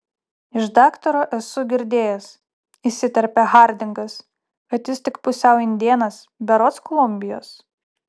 iš daktaro esu girdėjęs įsiterpia hardingas kad jis tik pusiau indėnas berods kolumbijos